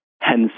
hence